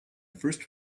first